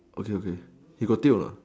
okay okay he got tilt anot